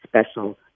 special